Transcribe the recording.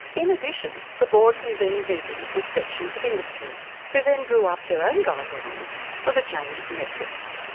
in addition, the board convened meetings with sections of industry who then drew up their own guidelines for the change to metrics.